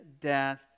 death